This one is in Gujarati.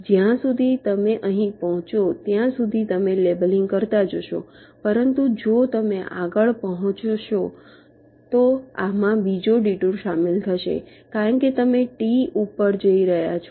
તેથી જ્યાં સુધી તમે અહીં પહોંચો ત્યાં સુધી તમે લેબલિંગ કરતા જશો પરંતુ જો તમે આગળ પહોંચશો તો આમાં બીજો ડિટુર સામેલ થશે કારણ કે તમે T ઉપર જઈ રહ્યા છો